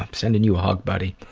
um sending you a hug, buddy.